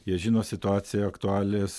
jie žino situaciją aktualijas